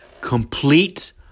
Complete